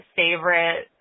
favorite